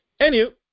anywho